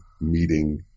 meeting